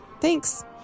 Thanks